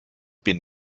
bin